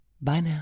Bye